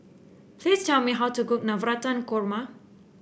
please tell me how to cook Navratan Korma